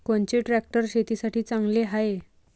कोनचे ट्रॅक्टर शेतीसाठी चांगले हाये?